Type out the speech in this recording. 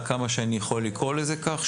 עד כמה שאני יכול לקרוא לזה כך,